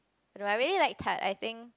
I don't know I really like Tarte I think